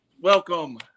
welcome